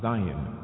Zion